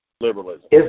liberalism